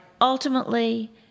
ultimately